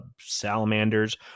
salamanders